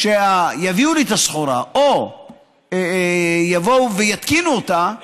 שיביאו לי את הסחורה או יבואו ויתקינו אותה,